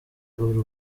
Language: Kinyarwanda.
uri